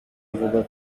avuga